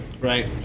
Right